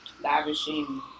lavishing